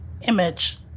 image